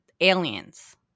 aliens